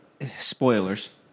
spoilers